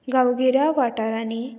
गांवगिऱ्या वाठारांनी